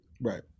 Right